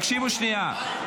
תקשיבו שנייה.